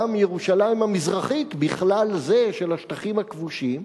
גם ירושלים המזרחית בכלל זה של השטחים הכבושים.